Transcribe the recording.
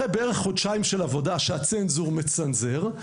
אחרי חודשיים של עבודה בהם הצנזור מצנזר,